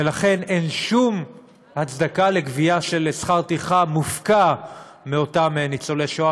ולכן אין שום הצדקה לגבייה של שכר טרחה מופקע מאותם ניצולי שואה.